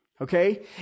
okay